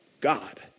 God